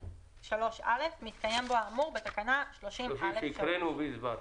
"(3א) מתקיים בו האמור בתקנה 30(א)(3)" שהקראנו והסברנו,